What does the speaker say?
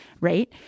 Right